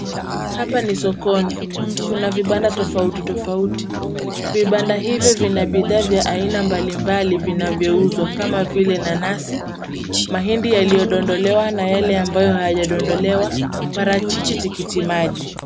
Hapa ni sokoni. Kuna vibanda tofauti tofauti. Vibanda hivyo vina bidhaa vya aina mbalimbali vinavyoouzwa kama vile; nanasi, mahindi yaliyodondolewa na yale ambayo hayajadondolewa, parachichi, tikitimaji.